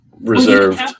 reserved